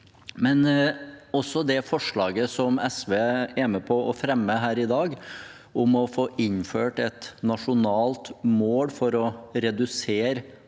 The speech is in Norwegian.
Også det forslaget SV er med på å fremme her i dag, om å få innført et nasjonalt mål for å redusere